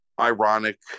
ironic